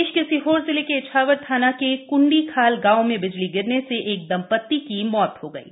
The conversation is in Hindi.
प्रदेश के सीहोर जिले के इछावर थाना के कंडी खाल गांव में बिजली गिरने से एक दंपति की मौत हो गयी है